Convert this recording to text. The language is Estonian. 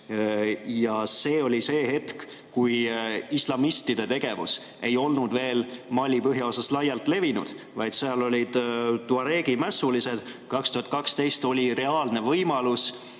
See oli see hetk, kui islamistide tegevus ei olnud veel Mali põhjaosas laialt levinud, vaid seal olid tuareegi mässulised, ja 2012 oli reaalne võimalus